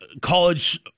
college